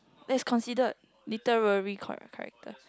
is considered literary correct character